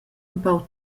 empau